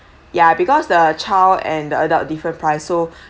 ya because the child the adult different price so